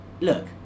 look